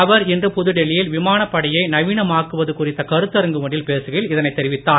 அவர் இன்று புதுடெல்லியில் விமானப்படையை நவீனமாக்குவது குறித்த கருத்தரங்கு ஒன்றில் பேசுகையில் இதைத் தெரிவித்தார்